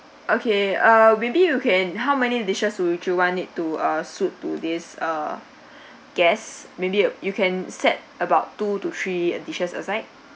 okay err maybe you can how many dishes would would you want it to uh suit to this uh guess maybe you can set about two to three dishes aside